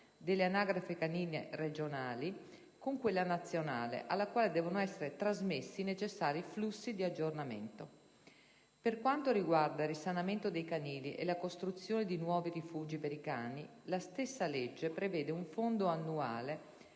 delle anagrafi canine regionali con quella nazionale, alla quale devono essere trasmessi i necessari flussi di aggiornamento. Per quanto riguarda il risanamento dei canili e la costruzione di nuovi rifugi per i cani, la stessa legge prevede un fondo annuale